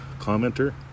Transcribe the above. Commenter